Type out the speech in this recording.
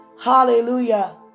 Hallelujah